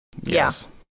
Yes